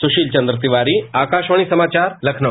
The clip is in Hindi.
पुस्रील चन्द्र तिवारी आकाशवाणी समाचार लखनऊ